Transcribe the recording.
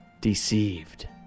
deceived